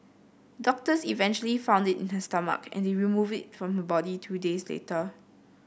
doctors eventually found it in her stomach and removed it from her body two days later